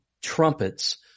trumpets